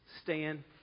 Stand